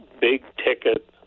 big-ticket